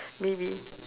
maybe